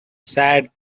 sad